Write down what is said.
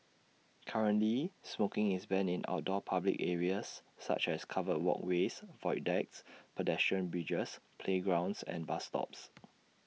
currently smoking is banned in outdoor public areas such as covered walkways void decks pedestrian bridges playgrounds and bus stops